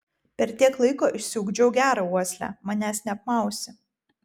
per tiek laiko išsiugdžiau gerą uoslę manęs neapmausi